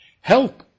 help